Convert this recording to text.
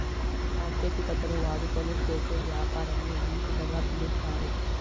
సాంకేతికతను వాడుకొని చేసే యాపారంను ఈ విధంగా పిలుస్తారు